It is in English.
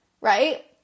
right